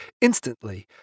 instantly